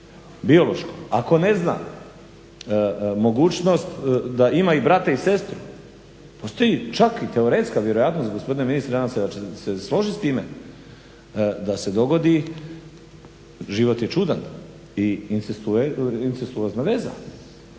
biološko, ako ne zna mogućnost da ima i brata i sestru, postoji čak i teoretska vjerojatnost, gospodine ministre nadam se da ćete se složit s time, da se dogodi, život je čudan i incestuozna veza,